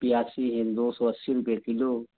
पियासी है दो सौ अस्सी रुपये किलो